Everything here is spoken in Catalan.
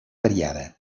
variada